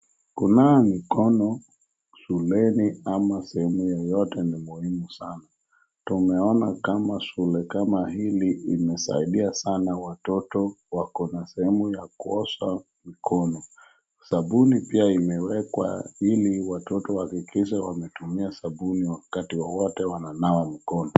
Kunawa mikono shuleni ama sehemu yeyote ni muhimu sana. Tumeona kama shule kama hili limesaidia sana watoto wakona sehemu ya kuosha mikono. Sabuni pia imewekwa ili watoto wahakikishe wametumia sabuni wakati wowote wananawa mikono.